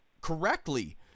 correctly